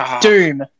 Doom